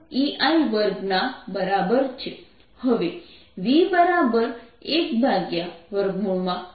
હવે v1 0 છે